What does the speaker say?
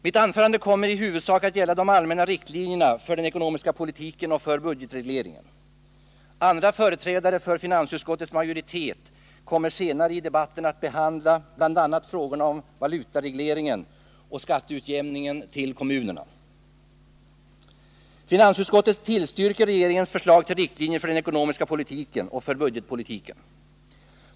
Mitt anförande kommer i huvudsak att gälla de allmänna riktlinjerna för den ekonomiska politiken och budgetregleringen. Andra företrädare för finansutskottets majoritet kommer senare i debatten att behandla bl.a. frågorna om valutaregleringen och skatteutjämningsbidrag till kommunerna. Finansutskottet tillstyrker regeringens förslag till riktlinjer för den ekonomiska politiken och för budgetpolitiken.